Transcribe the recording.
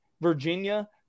Virginia